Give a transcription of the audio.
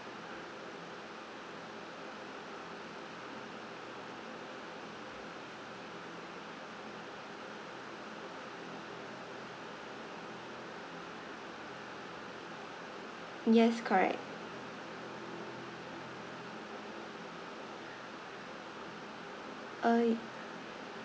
yes correct uh